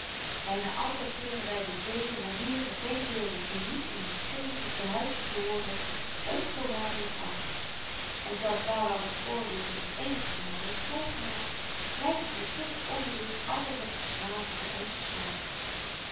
byna altyd keuren wy de zeden manieren denkbeelden die niet in ons kringetje tehuis behooren onvoorwaardelyk af en zelfs daar waar ons oordeel zich eenigermate heeft vry gemaakt blyven we toch onbewust altyd nog de slaven van onzen smaak